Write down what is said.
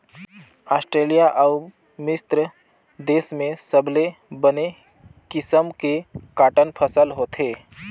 Australia अउ मिस्र देस में सबले बने किसम के कॉटन फसल होथे